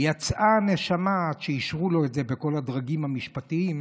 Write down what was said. יצאה הנשמה עד שאישרו לו את זה בכל הדרגים המשפטיים,